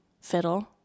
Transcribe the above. fiddle